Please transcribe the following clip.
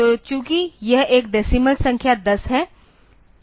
तो चूंकि यह एक डेसिमल संख्या 10 है